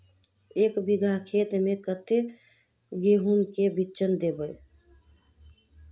एक बिगहा खेत में कते गेहूम के बिचन दबे?